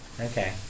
Okay